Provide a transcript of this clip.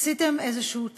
עשיתם איזשהו צדק,